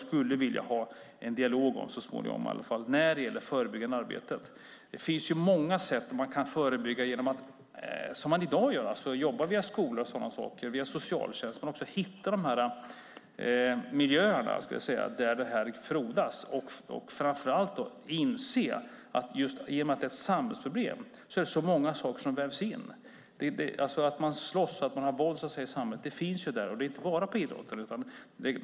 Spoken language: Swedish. Det skulle jag vilja ha en dialog om, så småningom i alla fall. Det finns många sätt man kan förebygga på. Man kan som man gör i dag jobba via skolor och via socialtjänsten, men också hitta de miljöer där våld frodas. Framför allt måste vi inse att i och med att det är ett samhällsproblem är det många saker som vävs in. Att man slåss, att man så att säga har våld i samhället finns ju där. Det är inte bara på idrottsevenemang.